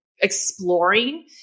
exploring